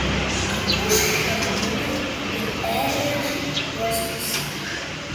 atūš cherubinai ir perrėš juos pusiau